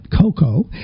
cocoa